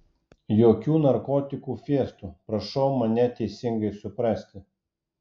jokių narkotikų fiestų prašau mane teisingai suprasti